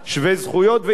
יש הרבה מה לעשות,